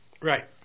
Right